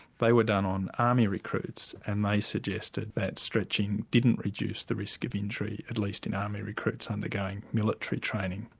they were done on army recruits and they suggested that stretching didn't reduce the risk of injury at least in army recruits undergoing military training.